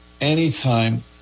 anytime